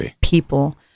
people